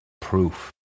proof